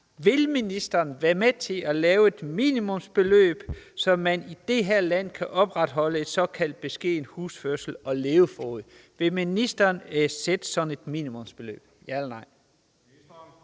Vil ministeren være med til at indføre et minimumsbeløb, hvormed man i det her land kan opretholde en såkaldt beskeden husførelse og levefod? Vil ministeren sætte sådan et minimumsbeløb – ja eller nej?